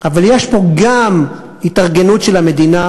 אבל יש פה גם התארגנות של המדינה,